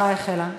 ההצבעה החלה.